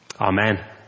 Amen